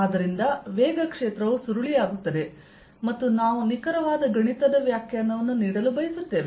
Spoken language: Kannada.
ಆದ್ದರಿಂದ ವೇಗ ಕ್ಷೇತ್ರವು ಸುರುಳಿಯಾಗುತ್ತದೆ ಮತ್ತು ನಾವು ನಿಖರವಾದ ಗಣಿತದ ವ್ಯಾಖ್ಯಾನವನ್ನು ನೀಡಲು ಬಯಸುತ್ತೇವೆ